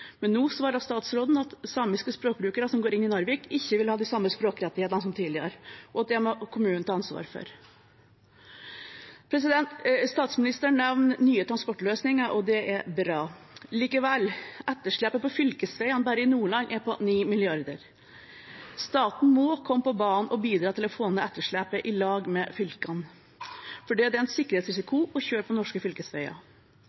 men nå svarer statsråden at samiske språkbrukere som går inn i Narvik, ikke vil ha de samme språkrettighetene som tidligere, og at det må kommunen ta ansvar for. Statsministeren nevner nye transportløsninger, og det er bra. Likevel, etterslepet på fylkesveiene bare i Nordland er på 9 mrd. kr. Staten må komme på banen og bidra til å få ned etterslepet i lag med fylkene, for det er en